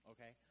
Okay